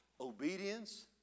obedience